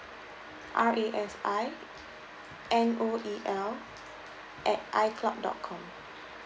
R A S I N O E L at I cloud dot com